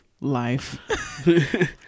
life